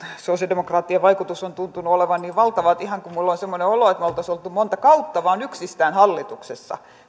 sosialidemokraattien vaikutus on tuntunut olevan niin valtava että minulla on ihan semmoinen olo kun kuuntelee näitä puheenvuoroja että me olisimme olleet monta kautta vain yksistään hallituksessa